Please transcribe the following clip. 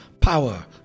power